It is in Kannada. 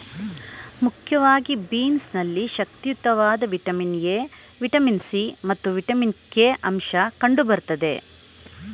ಮುಖ್ಯವಾಗಿ ಬೀನ್ಸ್ ನಲ್ಲಿ ಶಕ್ತಿಯುತವಾದ ವಿಟಮಿನ್ ಎ, ವಿಟಮಿನ್ ಸಿ ಮತ್ತು ವಿಟಮಿನ್ ಕೆ ಅಂಶ ಕಂಡು ಬರ್ತದೆ